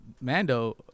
Mando